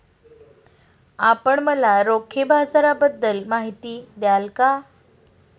आपण मला रोखे बाजाराबद्दल माहिती द्याल का?